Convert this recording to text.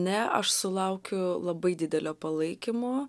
ne aš sulaukiu labai didelio palaikymo